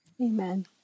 Amen